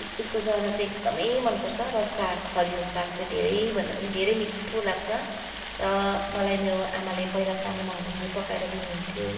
इस्कुसको जरा चाहिँ एकदमै मन पर्छ र साग हरियो साग चाहिँ धेरै भन्दा धेरै मिठो लाग्छ र मलाई मेरो आमाले पहिला सानो म हुँदाखेरि पकाएर दिनु हुन्थ्यो